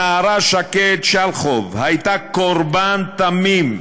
הנערה שקד שלחוב הייתה קורבן תמים,